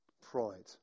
Pride